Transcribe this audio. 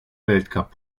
weltcup